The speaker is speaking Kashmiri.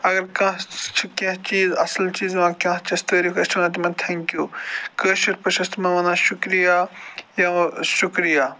اگر کانٛسہِ چھِ کیٚنٛہہ چیٖز اصٕل چیٖز کانٛہہ چھِ اَسہِ تعٲریٖف أسۍ چھِ وَنان تِمن تھٮ۪نٛکیوٗ کٲشٕر پٲٹھۍ چھِ أسۍ تِمن وَنان شُکریہ یا وۄنۍ شُکریہ